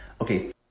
Okay